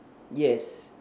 yes